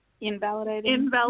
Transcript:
Invalidating